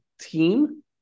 team